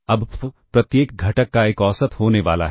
अब प्रत्येक घटक का एक औसत होने वाला है